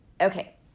Okay